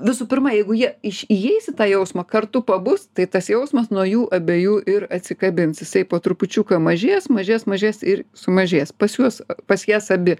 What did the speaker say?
visų pirma jeigu jie iš įeis į tą jausmą kartu pabus tai tas jausmas nuo jų abiejų ir atsikabins jisai po trupučiuką mažės mažės mažės ir sumažės pas juos pas jas abi